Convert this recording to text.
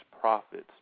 profits